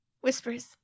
whispers